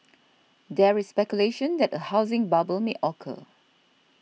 there is speculation that a housing bubble may occur